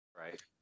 Right